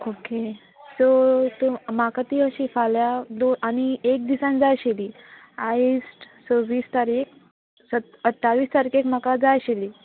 okay so तूं म्हाका ती अशी फाल्या दोन आनी एक दिसान जाय आशिल्ली आयज सव्वीस तारीख सत् अठ्ठावीस तारखेक म्हाका जाय आशिल्ली